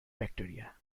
bacteria